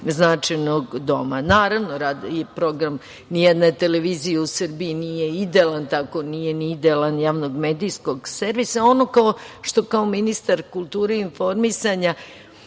značajnog doma. Naravno, rad i program nijedne televizije u Srbiji nije idealan, tako nije ni idealan Javnog medijskog servisa. Ono što kao ministar kulture i informisanja